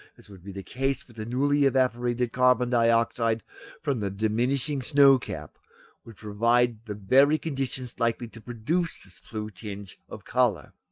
as would be the case with the newly evaporated carbon-dioxide from the diminishing snow-cap would provide the very conditions likely to produce this blue tinge of colour.